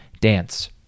Dance